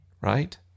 right